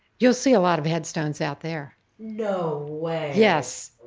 you'll see a lot of headstones out there no way yes.